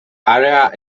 areas